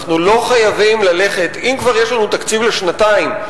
אם כבר יש לנו תקציב לשנתיים,